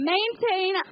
Maintain